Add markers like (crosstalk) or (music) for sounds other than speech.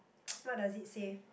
(noise) what does it say